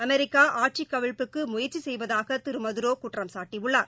America ஆட்சிக் கவிழ்ப்புக்கு முயற்சி செய்வதாக திரு மதுரோ குற்றம்சாட்டியுள்ளார்